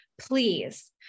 Please